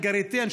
אל-גריטן,